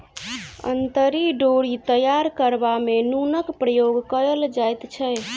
अंतरी डोरी तैयार करबा मे नूनक प्रयोग कयल जाइत छै